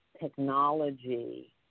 technology